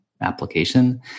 application